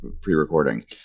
pre-recording